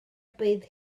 bydd